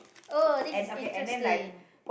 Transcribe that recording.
oh this is interesting